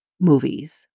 movies